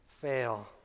fail